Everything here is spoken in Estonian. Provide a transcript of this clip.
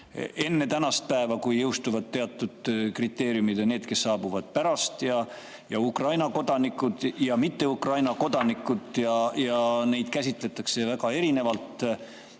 enne tänast päeva, kui jõustuvad teatud kriteeriumid, ja need, kes saabuvad pärast, ja Ukraina kodanikud ja mitte Ukraina kodanikud – neid käsitletakse väga erinevalt